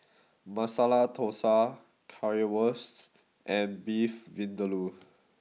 Masala Dosa Currywurst and Beef Vindaloo